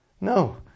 No